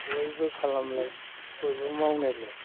बयबो खालामनाय बयबो मावनायलाय